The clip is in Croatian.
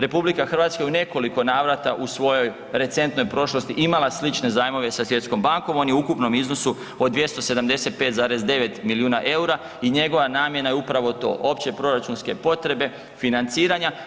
RH je u nekoliko navrata u svojoj recentnoj prošlosti imala slične zajmove sa svjetskom bankom, on je u ukupnom iznosu od 275,9 milijuna eura i njegova namjena je upravo to, opće proračunske potrebe financiranja.